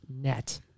net